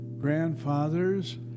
grandfathers